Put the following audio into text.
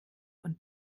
und